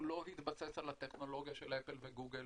הוא לא התבסס על טכנולוגיה של אפל וגוגל.